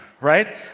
right